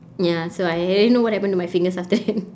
ya so I already know what happened to my fingers after that